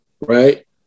right